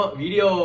video